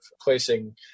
placing –